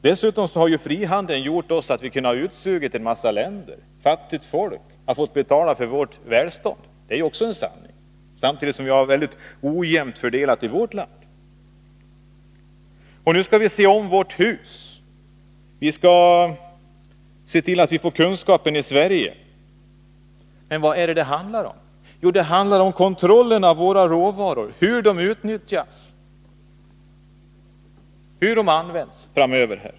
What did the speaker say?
Dessutom har frihandeln gjort att vi har kunnat utsuga en massa länder. Fattigt folk har fått betala för vårt välstånd. Det är också en sanning. Samtidigt har vi en väldigt ojämn fördelning i vårt land. Nu skall vi se om vårt hus, vi skall se till att vi får kunskapen i Sverige. Men vad är det det handlar om? Jo, det handlar om kontrollen över våra råvaror och hur de utnyttjas och används framöver.